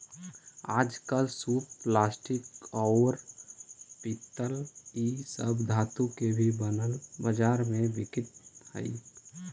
आजकल सूप प्लास्टिक, औउर पीतल इ सब धातु के भी बनल बाजार में बिकित हई